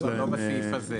לא בסעיף הזה.